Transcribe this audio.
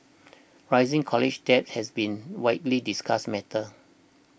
rising college debt has been widely discussed matter